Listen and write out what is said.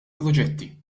proġetti